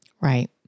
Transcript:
Right